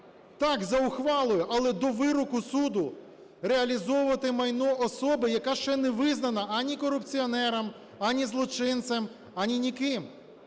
так, за ухвалою, але до вироку суду, реалізовувати майно особи, яка ще не визнана ані корупціонером, ані злочинцем, ані ніким.